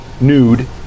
nude